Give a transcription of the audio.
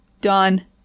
Done